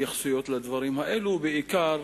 התייחסויות לדברים האלה, בעיקר